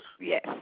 Yes